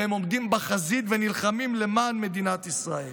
והם עומדים בחזית ונלחמים למען מדינת ישראל.